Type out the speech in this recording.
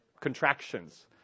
contractions